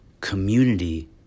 community